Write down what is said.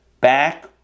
back